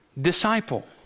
disciple